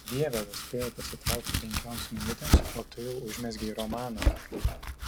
dieve vos spėjau pasitraukti penkioms minutėms o tu jau užmezgei romaną